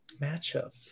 matchup